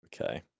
Okay